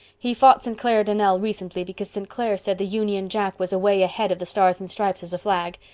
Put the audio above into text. he fought st. clair donnell recently because st. clair said the union jack was away ahead of the stars and stripes as a flag.